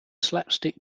slapstick